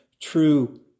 true